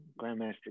Grandmaster